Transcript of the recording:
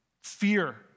Fear